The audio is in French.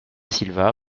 silva